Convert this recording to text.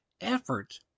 effort